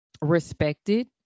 respected